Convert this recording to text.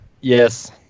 Yes